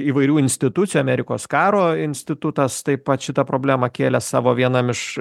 įvairių institucijų amerikos karo institutas taip pat šitą problemą kėlė savo vienam iš